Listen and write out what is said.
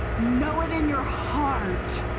know it in your heart,